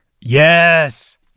Yes